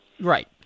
Right